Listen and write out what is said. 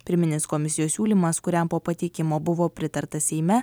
pirminis komisijos siūlymas kuriam po pateikimo buvo pritarta seime